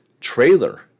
trailer